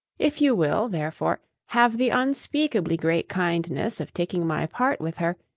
if you will, therefore, have the unspeakably great kindness of taking my part with her,